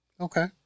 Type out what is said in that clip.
Okay